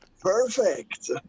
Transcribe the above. Perfect